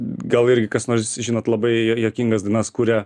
gal irgi kas nors žinot labai juo juokingas dainas kuria